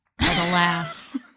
Alas